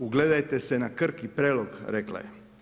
Ugledajte se na Krk i Prelog, rekla je.